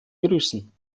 begrüßen